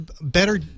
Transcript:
better